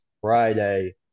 Friday